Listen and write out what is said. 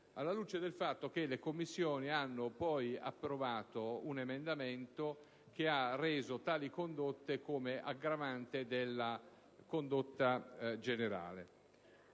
alla luce del fatto che le Commissioni hanno poi approvato un emendamento che ha reso tali condotte come aggravante della condotta generale.